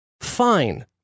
Fine